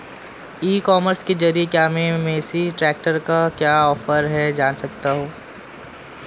ई commerce के ज़रिए क्या मैं मेसी ट्रैक्टर का क्या ऑफर है जान सकता हूँ?